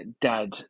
dad